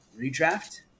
Redraft